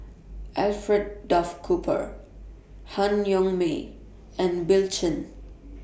Alfred Duff Cooper Han Yong May and Bill Chen